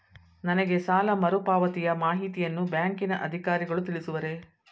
ನನಗೆ ಸಾಲ ಮರುಪಾವತಿಯ ಮಾಹಿತಿಯನ್ನು ಬ್ಯಾಂಕಿನ ಅಧಿಕಾರಿಗಳು ತಿಳಿಸುವರೇ?